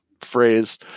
phrase